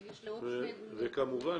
כמובן,